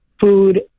food